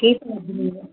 K